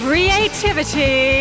Creativity